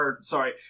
Sorry